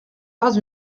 pas